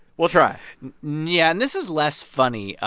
we'll try yeah. and this is less funny,